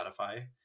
Spotify